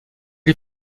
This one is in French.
lui